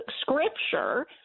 scripture